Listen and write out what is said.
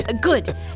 Good